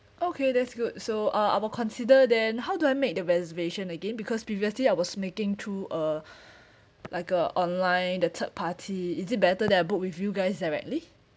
okay that's good so uh I will consider then how do I make the reservation again because previously I was making through uh like a online the third party is it better that I book with you guys directly